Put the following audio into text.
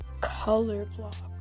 Colorblock